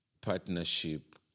Partnership